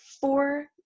four